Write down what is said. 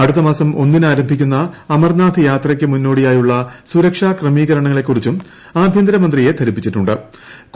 അടുത്തമാസം ഒന്നിന് ആരംഭിക്കുന്ന അമർനാഥ് യാത്രയ്ക്ക് മുന്നോടിയായുള്ള സുരക്ഷാ ക്രമീകരണങ്ങളെക്കുറിച്ചും ആഭ്യന്തര മന്ത്രിയെ ധരിപ്പിച്ചിട്ടു ്